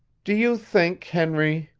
do you think, henry,